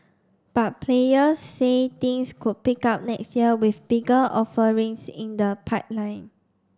but players say things could pick up next year with bigger offerings in the pipeline